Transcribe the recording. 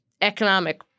economic